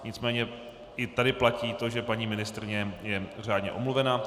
Nicméně i tady platí to, že paní ministryně je řádně omluvena.